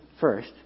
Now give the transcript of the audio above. first